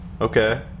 Okay